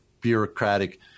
bureaucratic